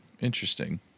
Interesting